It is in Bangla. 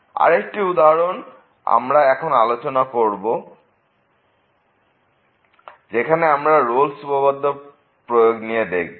আরেকটি উদাহরণ আমরা এখন আলোচনা করব যেখানে আমরা রোলস উপপাদ্যের প্রয়োগ নিয়ে দেখব